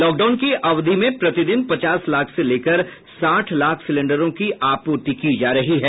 lockdown की अवधि में प्रतिदिन पचास लाख से लेकर साठ लाख सिलेंडरों की आपूर्ति की जा रही है